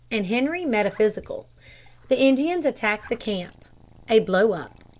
and henri metaphysical the indians attack the camp a blow-up.